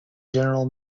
general